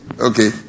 Okay